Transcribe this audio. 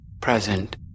present